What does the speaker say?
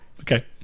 Okay